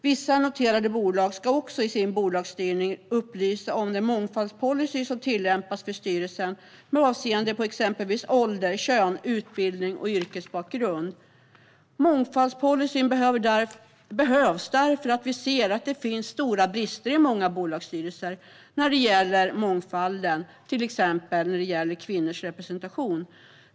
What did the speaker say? Vissa noterade bolag ska också i sin bolagsstyrning upplysa om den mångfaldspolicy som tillämpas för styrelsen, med avseende på exempelvis ålder, kön, utbildning och yrkesbakgrund. Mångfaldspolicyn behövs därför att vi ser att det finns stora brister i många bolagsstyrelser när det gäller just mångfalden, till exempel när det gäller kvinnors representation.